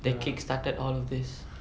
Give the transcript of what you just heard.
that kick started all of this